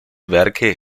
werke